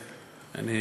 בינתיים.